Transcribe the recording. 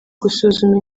gusuzuma